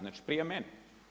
Znači prije mene.